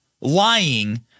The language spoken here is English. lying